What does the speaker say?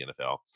NFL